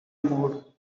mode